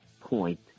point